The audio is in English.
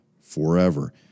forever